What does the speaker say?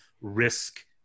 risk